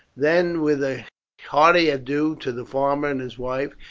then, with a hearty adieu to the farmer and his wife,